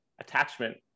attachment